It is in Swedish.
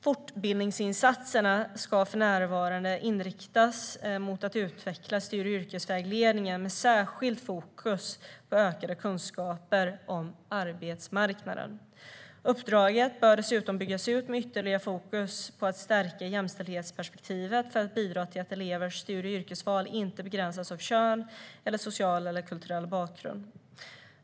Fortbildningsinsatserna ska för närvarande inriktas mot att utveckla studie och yrkesvägledningen med särskilt fokus på ökade kunskaper om arbetsmarknaden. Uppdraget bör dessutom byggas ut med ytterligare fokus på att stärka jämställdhetsperspektivet för att bidra till att elevernas studie och yrkesval inte begränsas av kön eller social eller kulturell bakgrund.